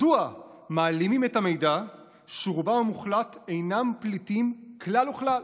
מדוע מעלימים את המידע שרובם המוחלט אינם פליטים כלל וכלל?